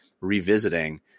revisiting